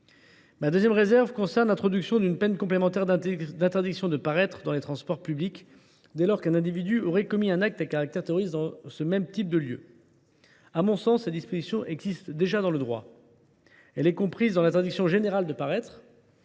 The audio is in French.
Ma deuxième réserve concerne l’introduction d’une peine complémentaire d’interdiction de paraître dans les transports publics dès lors qu’un individu a commis un acte à caractère terroriste dans ce type de lieu. À mon sens, cette disposition existe déjà dans le droit, elle est comprise dans l’interdiction générale de paraître.